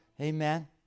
Amen